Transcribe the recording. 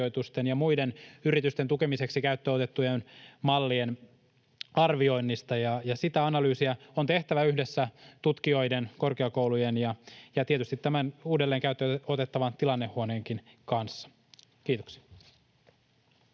ja muiden yritysten tukemiseksi käyttöön otettujen mallien arvioinnista on tehtävä analyysiä yhdessä tutkijoiden, korkeakoulujen ja tietysti tämän uudelleen käyttöön otettavan tilannehuoneenkin kanssa. — Kiitoksia.